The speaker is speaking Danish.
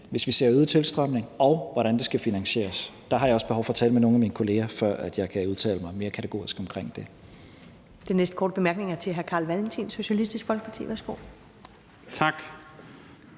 hvis vi ser en øget tilstrømning, dels hvordan det skal finansieres, og der har jeg også behov for at tale med nogle af mine kolleger, før jeg kan udtale mig mere kategorisk om det.